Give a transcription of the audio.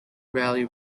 valley